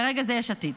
כרגע זה יש עתיד.